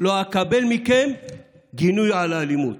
לא אקבל מכם גינוי על האלימות.